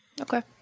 Okay